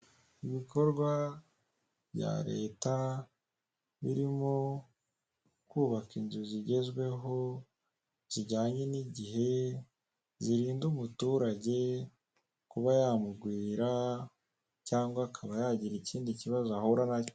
Ibikorwa bya leta birimo kubaka inzu zigezweho zijyanye n'igihe, zirinda umuturage kuba yamugwira cyangwa akaba yagira ikindi kibazo ahura nacyo.